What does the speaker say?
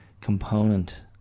component